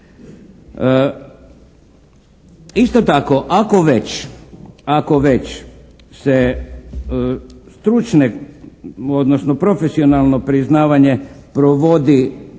Isto tako ako već se stručne, odnosno profesionalno priznavanje provodi